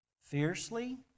fiercely